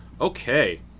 Okay